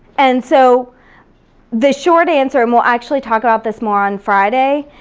and so the short answer, and we'll actually talk about this more on friday,